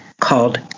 called